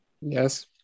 Yes